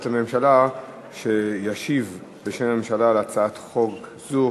לממשלה שישיב בשם הממשלה על הצעת חוק זו.